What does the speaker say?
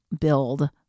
build